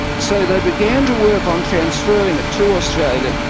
so they began to work on transferring it to australia.